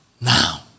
now